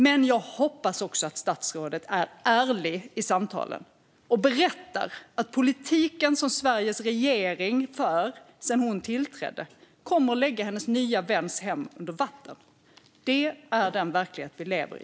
Men jag hoppas att statsrådet är ärlig i samtalen och berättar att den politik som Sveriges regering för sedan hon tillträdde kommer att lägga hennes nya väns hem under vatten. Detta är den verklighet vi lever i.